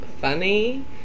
funny